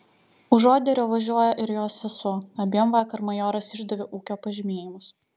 už oderio važiuoja ir jos sesuo abiem vakar majoras išdavė ūkio pažymėjimus